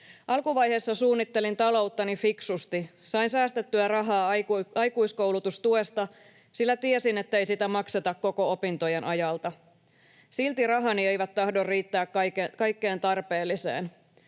Alkuvaiheessa suunnittelin talouttani fiksusti. Sain säästettyä rahaa aikuiskoulutustuesta, sillä tiesin, ettei sitä makseta koko opintojen ajalta. Silti rahani eivät tahdo riittää kaikkeen tarpeelliseen.